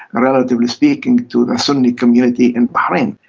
relatively speaking, to the sunni community in bahrain.